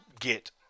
get